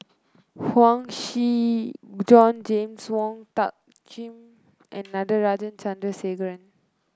Huang Shi Joan James Wong Tuck Jim and Natarajan Chandrasekaran